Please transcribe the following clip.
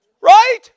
Right